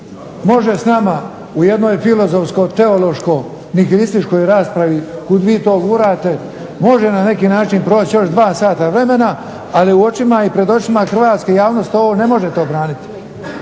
Može s nama u jednoj filozofsko teološko nihilističkoj raspravi kud vi to gurate, može na neki način proći još dva sata vremena. Ali u očima i pred očima hrvatske javnosti ovo ne možete obraniti